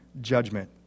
judgment